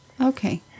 Okay